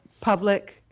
public